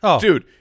dude